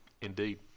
Indeed